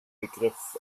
begriff